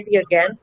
again